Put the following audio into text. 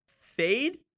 fade